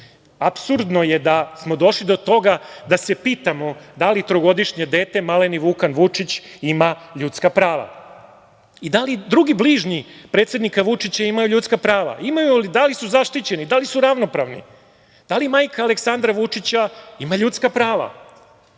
apsurdno je da smo došli do toga da se pitamo da li trogodišnje dete, maleni Vukan Vučić ima ljudska prava i da li drugi bližnji predsednika Vučića imaju ljudska prava? Da li su zaštićeni? Da li su ravnopravni? Da li majka Aleksandra Vučića ima ljudska prava?